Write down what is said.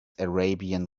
arabian